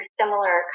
similar